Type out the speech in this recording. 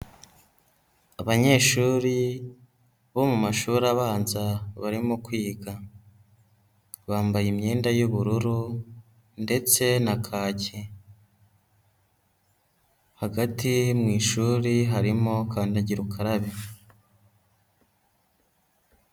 Abanyeshuri bo mu mashuri abanza barimo kwiga, bambaye imyenda y'ubururu ndetse na kaki, hagati mu ishuri harimo kandagira ukarabe.